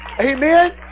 Amen